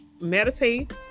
meditate